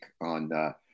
on